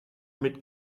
mit